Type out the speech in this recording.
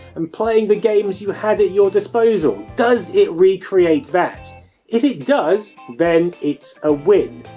and playing the games you had at your disposal? does it re-create that? if it does, then it's a win.